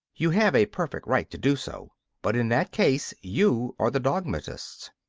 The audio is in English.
you have a perfect right to do so but in that case you are the dogmatist.